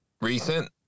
Recent